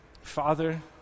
Father